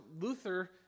Luther